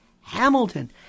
Hamilton